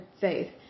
faith